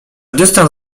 dystans